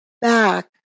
back